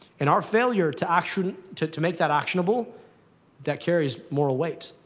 and our failure to action to to make that actionable that carries more weight.